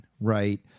Right